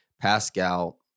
Pascal